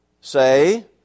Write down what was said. say